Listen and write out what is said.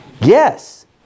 Yes